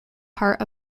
part